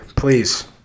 Please